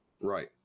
Right